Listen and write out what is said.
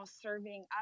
serving